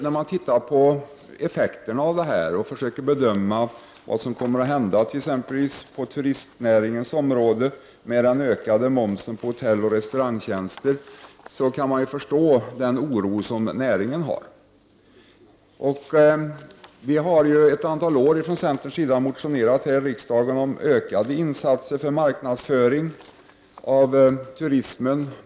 När man ser på effekterna och försöker bedöma vad som kommer att hända på t.ex. turistnäringens område med en ökad moms på hotelloch restaurangtjänster, kan jag förstå den oro som näringen hyser. Vi i centern har under ett antal år motionerat om ökade insatser för marknadsföring av turismen.